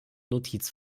notiz